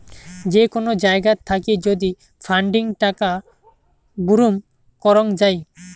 যে কোন জায়গাত থাকি যদি ফান্ডিং টাকা বুরুম করং যাই